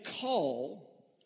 call